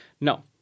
No